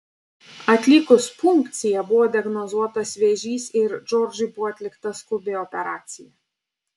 atlikus punkciją buvo diagnozuotas vėžys ir džordžui buvo atlikta skubi operacija